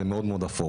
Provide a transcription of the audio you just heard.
זה מאוד אפור